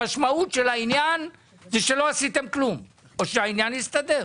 המשמעות של העניין היא שלא עשיתם כלום או שהעניין הסתדר.